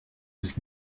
was